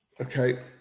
okay